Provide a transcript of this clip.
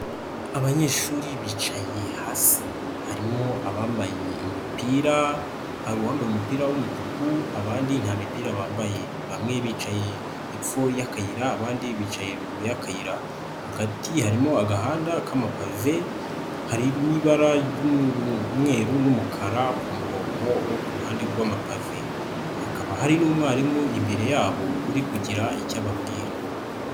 Abanyeshuri bicaye hasi. Harimo abambaye imipira, hari uwambaye umupira w'umutuku abandi nta mipira bambaye. Bamwe bicaye hepfo y'akayira, abandi bicaye ruguru y'akayira. Hagati harimo agahanda k'amapave, hari n'ibara ry'umweru n'umukara ku murongo wo ku ruhande rw'amapave. Hakaba hari n'umwarimu imbere yabo uri kugira icyo ababwira.